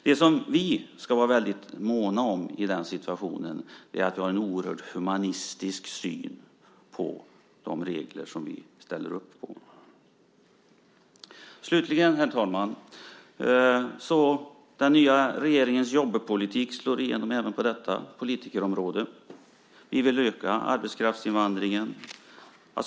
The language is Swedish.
Det som vi ska vara måna om i den här situationen är att vi har en oerhört humanistisk syn på de regler som vi ställer upp på. Slutligen, herr talman! Den nya regeringens jobbpolitik slår igenom även på detta politikområde. Vi vill öka arbetskraftsinvandringen.